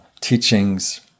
teachings